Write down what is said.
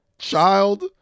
child